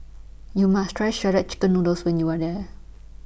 YOU must Try Shredded Chicken Noodles when YOU Are There